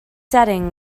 setting